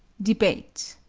debate